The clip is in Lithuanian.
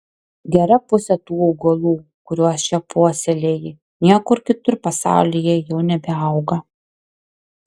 gera pusė tų augalų kuriuos čia puoselėji niekur kitur pasaulyje jau nebeauga